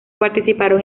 participaron